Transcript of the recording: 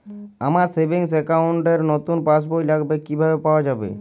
আমার savings account র নতুন পাসবই লাগবে কিভাবে পাওয়া যাবে?